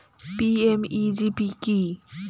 PMEGP কি?